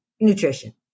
Nutrition